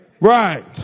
Right